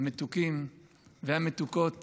המתוקים והמתוקות